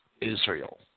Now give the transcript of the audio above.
Israel